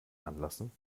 anlassen